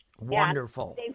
Wonderful